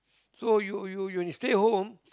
so you you you stay home